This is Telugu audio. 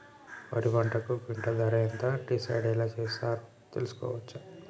వరి పంటకు క్వింటా ధర ఎంత డిసైడ్ ఎలా చేశారు తెలుసుకోవచ్చా?